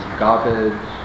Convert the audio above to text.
garbage